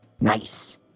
Nice